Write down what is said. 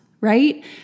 right